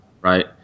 Right